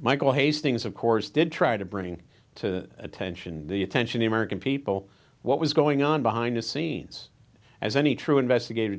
michael hastings of course did try to bring to attention the attention the american people what was going on behind the scenes as any true investigat